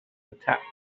attacked